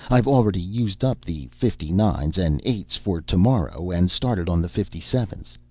i've already used up the fifty-nines and eights for tomorrow and started on the fifty-sevens.